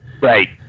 Right